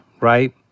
right